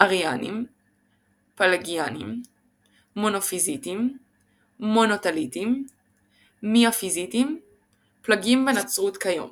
אריאנים פלגיאנים מונופיזיטים מונותליטים מיאפיזיטים פלגים בנצרות כיום